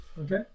Okay